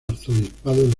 arzobispado